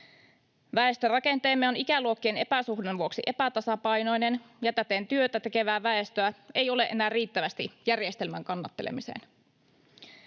Väestörakenteemme on ikäluokkien epäsuhdan vuoksi epätasapainoinen, ja täten työtä tekevää väestöä ei ole enää riittävästi järjestelmän kannattelemiseen.